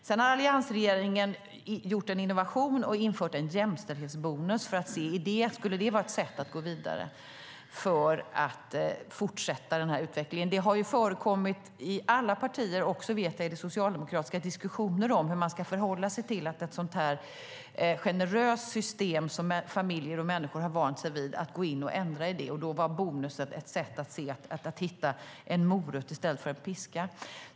Sedan har alliansregeringen gjort en innovation och infört en jämställdhetsbonus för att se om det skulle vara ett sätt att gå vidare för att fortsätta utvecklingen. Det har i alla partier - även det socialdemokratiska, vet jag - förekommit diskussioner om hur man ska förhålla sig till att gå in och ändra i det så generösa system familjer och människor har vant sig vid. Bonusen var då ett sätt att hitta en morot i stället för en piska.